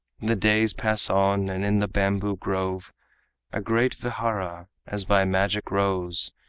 the days pass on, and in the bamboo-grove a great vihara as by magic rose,